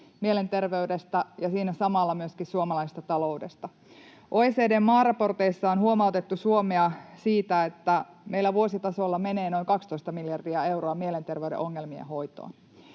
mielenterveydestä ja siinä samalla myöskin suomalaisesta taloudesta. OECD:n maaraporteissa on huomautettu Suomea siitä, että meillä menee vuositasolla noin 12 miljardia euroa mielenterveyden ongelmien hoitoon.